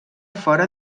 fora